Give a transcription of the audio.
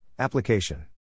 Application